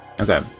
Okay